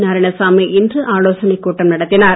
நாராயணசாமி இன்று ஆலோசனைக் கூட்டம் நடத்தினார்